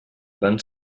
van